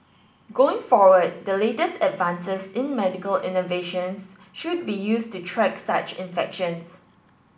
going forward the latest advances in medical innovations should be used to track such infections